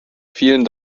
vielen